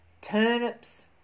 turnips